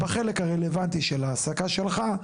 בחלק הרלוונטי של העסקה שלך.